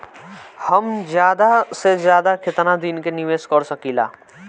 हम ज्यदा से ज्यदा केतना दिन के निवेश कर सकिला?